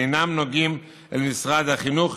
ואינם נוגעים אל משרד החינוך.